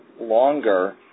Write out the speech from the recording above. longer